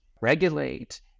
regulate